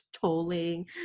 tolling